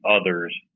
others